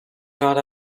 not